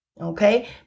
okay